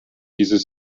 dieses